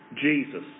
Jesus